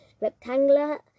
rectangular